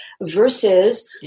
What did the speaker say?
versus